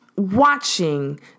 Watching